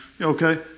okay